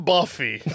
Buffy